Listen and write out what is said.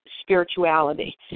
spirituality